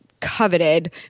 coveted